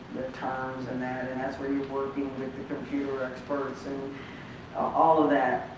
terms and that and that's where you're working with the computer experts and all of that,